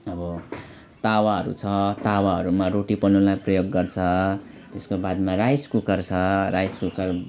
अब तावाहरू छ तावाहरूमा रोटी पोल्नुलाई प्रयोग गर्छ त्यसको बादमा राइस कुकर छ राइस कुकर